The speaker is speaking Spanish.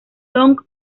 dong